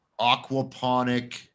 aquaponic